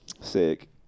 Sick